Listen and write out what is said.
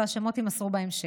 השמות יימסרו בהמשך.